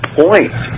point